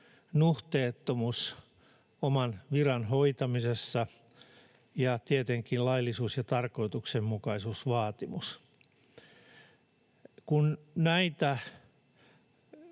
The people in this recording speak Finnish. nuhteettomuus oman viran hoitamisessa ja tietenkin laillisuus- ja tarkoituksenmukaisuusvaatimus. Kun näitä